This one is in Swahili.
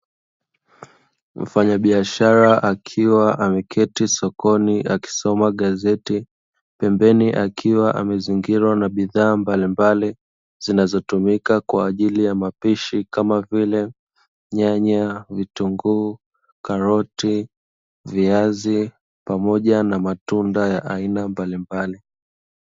Mfanyabiashara akiwa ameketi sokoni akisoma gazeti pembeni akiwa amezingirwa na bidhaa mbalimbali zinazotumika kwa ajili ya mapishi kama vile nyanya, vitunguu, karoti, viazi pamoja na matunda ya aina mbalimbali.